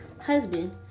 husband